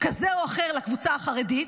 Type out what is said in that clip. כזה או אחר לקבוצה החרדית,